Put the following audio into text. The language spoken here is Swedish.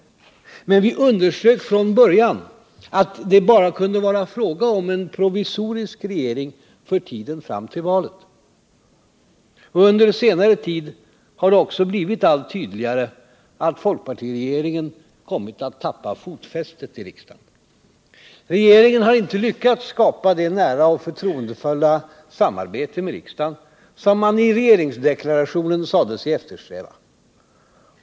Men vi underströk från början att det bara kunde vara fråga om en provisorisk regering för tiden fram till valet. Under senare tid har det också blivit allt tydligare att folkpartiregeringen kommit att tappa fotfästet i riksdagen. Regeringen har inte lyckats skapa det nära och förtroendefulla samarbete med riksdagen som man i regeringsdeklarationen sade sig eftersträva.